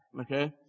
okay